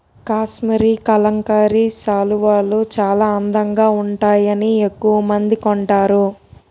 కాశ్మరీ కలంకారీ శాలువాలు చాలా అందంగా వుంటాయని ఎక్కవమంది కొంటారు